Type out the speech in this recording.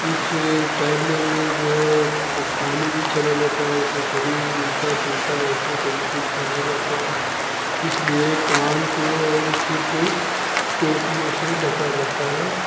कि इससे तैरने में जो है पानी भी चला जाता है ऐसे सरीर उल्टा पुल्टा ऐसे तरीके से हो जाता है इसलिए कान को और सिर को टोपियों से ढका जाता है